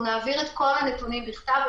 אנחנו נעביר את כל הנתונים בכתב.